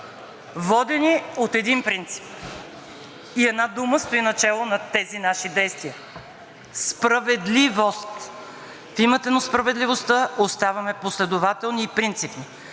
водени от един принцип, и една дума стои начело над тези наши действия – справедливост. В името на справедливостта оставаме последователни и принципни